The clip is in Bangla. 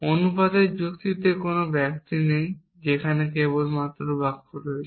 অনুপাতের যুক্তিতে কোনও ব্যক্তি নেই সেখানে কেবল বাক্য রয়েছে